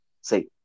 Say